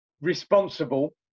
responsible